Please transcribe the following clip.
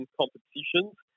competitions